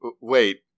Wait